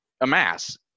amass –